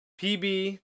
PB